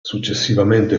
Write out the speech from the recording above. successivamente